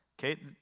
Okay